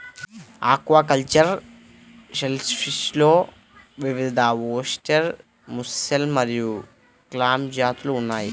aquacultured షెల్ఫిష్లో వివిధఓస్టెర్, mussel మరియు క్లామ్ జాతులు ఉన్నాయి